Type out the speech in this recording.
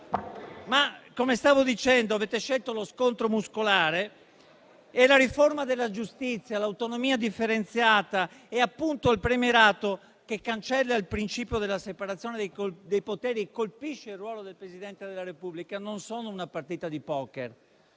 Come stavo dicendo, avete scelto lo scontro muscolare. La riforma della giustizia, l'autonomia differenziata e il premierato, che cancella il principio della separazione dei poteri e colpisce il ruolo del Presidente della Repubblica, non sono una partita di poker,